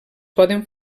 poden